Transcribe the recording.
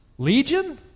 Legion